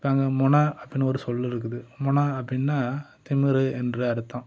இப்போ அங்கே மொனா அப்படிங்குற ஒரு சொல் இருக்குது மொனா அப்படின்னா திமிர் என்று அர்த்தம்